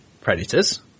predators